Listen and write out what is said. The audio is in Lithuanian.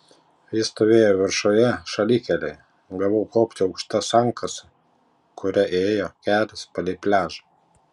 jis stovėjo viršuje šalikelėje gavau kopti aukšta sankasa kuria ėjo kelias palei pliažą